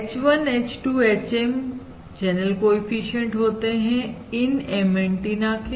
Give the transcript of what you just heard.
H1 H2 HM channel coefficient होते हैं इन M एंटीना के